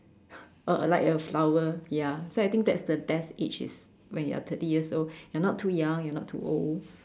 uh I like a flower ya so I think that's the best age is when you are thirty years old you're not too young you're not too old